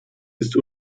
ist